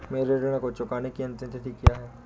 मेरे ऋण को चुकाने की अंतिम तिथि क्या है?